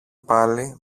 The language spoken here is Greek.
πάλι